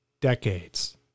decades